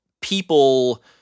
people